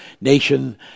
nation